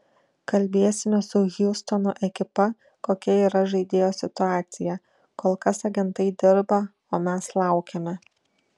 kalbėsime su hjustono ekipa kokia yra žaidėjo situacija kol kas agentai dirba o mes laukiame